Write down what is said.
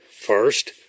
First